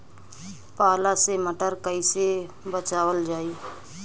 पाला से मटर कईसे बचावल जाई?